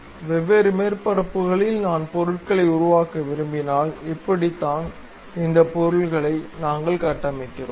வெவ்வேறு மேற்பரப்புகளில் நான் பொருட்களை உருவாக்க விரும்பினால் இப்படித்தான் இந்த பொருள்களை நாங்கள் கட்டமைக்கிறோம்